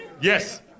Yes